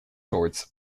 towards